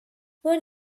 for